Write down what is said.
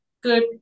good